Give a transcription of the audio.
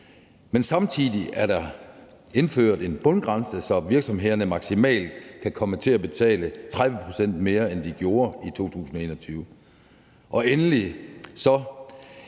Men samtidig er der indført en bundgrænse, så virksomhederne maksimalt kan komme til at betale 30 pct. mere, end de gjorde i 2021. Endelig